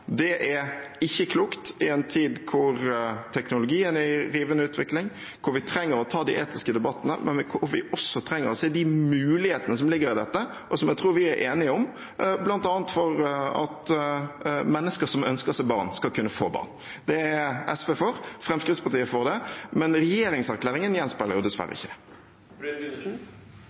Det er ikke klokt i en tid hvor teknologien er i rivende utvikling, hvor vi trenger å ta de etiske debattene, men hvor vi også trenger å se de mulighetene som ligger i dette, og som jeg tror vi er enige om, bl.a. for at mennesker som ønsker seg barn, skal kunne få barn. Det er SV for. Fremskrittspartiet er også for det. Men regjeringserklæringen gjenspeiler dessverre ikke